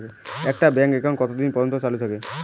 একটা bank account কতদিন পর্যন্ত চালু থাকে?